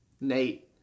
Nate